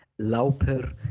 Lauper